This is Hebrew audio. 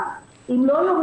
אם לא יכניסו בסל,